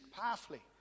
powerfully